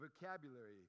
vocabulary